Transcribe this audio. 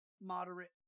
moderate